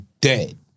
dead